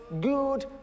good